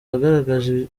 yagaragaje